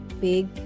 big